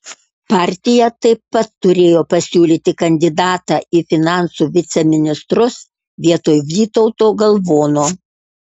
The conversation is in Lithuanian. partija taip pat turėjo pasiūlyti kandidatą į finansų viceministrus vietoj vytauto galvono